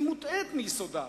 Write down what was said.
היא מוטעית מיסודה.